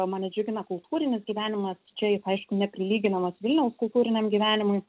mane džiugina kultūrinis gyvenimas čia jis aišku neprilyginamas vilniaus kultūriniam gyvenimui